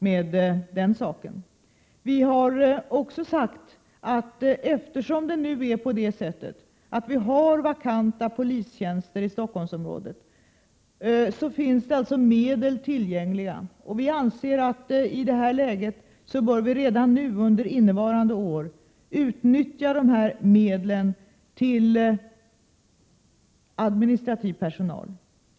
För det andra har vi medgett att medel, som finns tillgängliga på grund av att det finns vakanta polistjänster i Stockholmsområdet, redan under innevarande år får utnyttjas för anställning av administrativ personal.